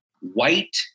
white